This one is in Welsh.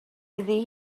iddi